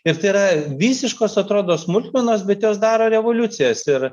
ir tai yra visiškos atrodo smulkmenos bet jos daro revoliucijas ir